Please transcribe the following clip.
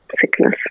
sickness